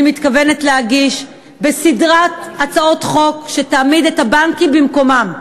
שאני מתכוונת להגיש ואשר תעמיד את הבנקים במקומם.